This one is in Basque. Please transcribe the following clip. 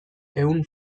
ehun